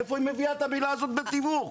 מאיפה היא מביאה את המילה הזאת דמי תיווך?